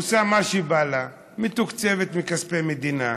עושה מה שבא לה, מתוקצבת מכספי מדינה,